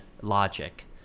logic